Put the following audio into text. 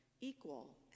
equal